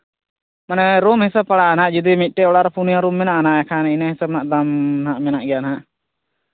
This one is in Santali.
ᱢᱟᱱᱮ ᱨᱩᱢ ᱦᱤᱥᱟᱹᱵ ᱯᱟᱲᱟᱜᱼᱟ ᱦᱟᱸᱜ ᱡᱩᱫᱤ ᱢᱤᱫᱴᱟᱡ ᱚᱲᱟᱜ ᱨᱮ ᱯᱩᱱᱭᱟ ᱨᱩᱢ ᱢᱮᱱᱟᱜᱼᱟ ᱦᱟᱸᱜ ᱮᱱᱠᱷᱟᱱ ᱤᱱᱟᱹ ᱦᱤᱥᱟᱹᱵ ᱫᱟᱢ ᱢᱮᱱᱟᱜ ᱜᱮᱭᱟ ᱦᱟᱸᱜ